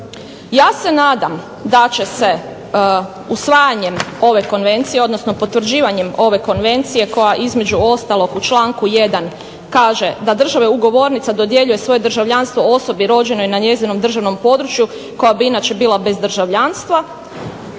Ja se nadam da će se usvajanjem ove konvencije, odnosno potvrđivanjem, koja između ostalog u članku 1. kaže da države ugovornice dodjeljuje svoje državljanstvo osobi rođenoj na njezinom državnom području koja bi inače bila bez državljanstva,